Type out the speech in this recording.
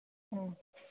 ꯑꯣ